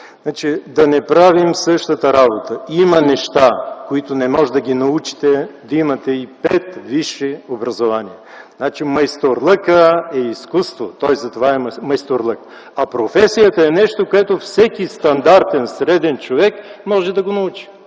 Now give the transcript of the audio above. Да не правим същата работа! Има неща, които не може да ги научите, ако имате и пет висши образования. Майсторлъкът е изкуство, той затова е майсторлък. А професията е нещо, което всеки стандартен, среден човек може да научи.